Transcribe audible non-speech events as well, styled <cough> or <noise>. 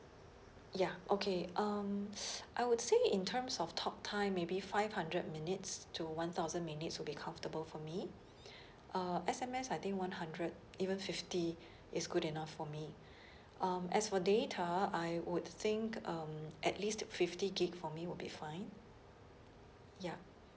ya okay um I would say in terms of talk time maybe five hundred minutes to one thousand minutes will be comfortable for me <breath> uh S_M_S I think one hundred even fifty <breath> is good enough for me <breath> um as for data I would think um at least to fifty gig for me would be fine ya